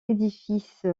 édifice